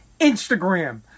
Instagram